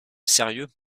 sérieux